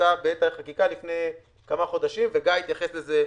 נעשתה בעת החקיקה לפני כמה חודשים וגיא התייחס לזה.